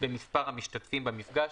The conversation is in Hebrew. במספר המשתתפים במפגש,